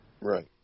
Right